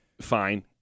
fine